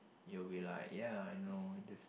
you will be like ya I know this